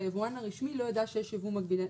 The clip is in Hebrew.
שהיבואן הרשמי לא ידע שיש ייבוא מקביל.